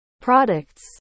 products